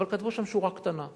אבל כתבו שם שורה קטנה: